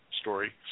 story